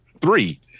three